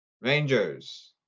Rangers